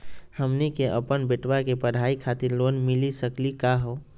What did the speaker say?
हमनी के अपन बेटवा के पढाई खातीर लोन मिली सकली का हो?